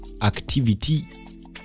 activity